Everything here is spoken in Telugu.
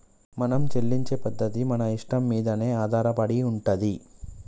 మనం చెల్లించే పద్ధతి మన ఇష్టం మీదనే ఆధారపడి ఉంటది